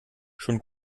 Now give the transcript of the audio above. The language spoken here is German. schon